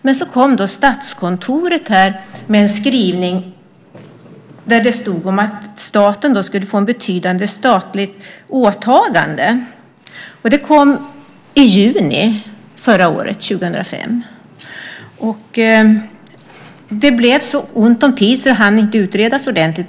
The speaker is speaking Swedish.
Men så kom Statskontoret med en skrivning där det stod att staten skulle få ett betydande åtagande. Det kom i juni förra året, 2005. Det blev så ont om tid att detta inte hann utredas ordentligt.